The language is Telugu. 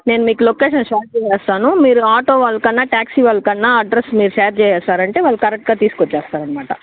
నేను మీకు లొకేషన్ షేర్ చేసేస్తాను మీరు ఆటో వాళ్ళకైనా టాక్సీ వాళ్ళకైనా అడ్రస్ మీరు షేర్ చేసేశారంటే వాళ్ళు కరెక్టుగా తీసుకొచ్చేస్తారన్నమాట